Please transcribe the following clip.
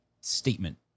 statement